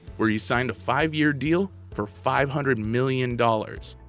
where he signed a five-year deal for five hundred million dollars!